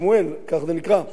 רמות,